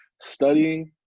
studying